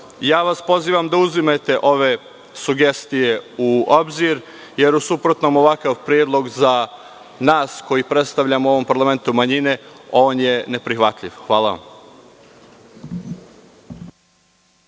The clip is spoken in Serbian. vas da uzmete ove sugestije u obzir, jer u suprotnom ovakav predlog za nas koji predstavljamo u ovom parlamentu manjine on je neprihvatljiv. Hvala.